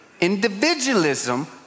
Individualism